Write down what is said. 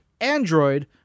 android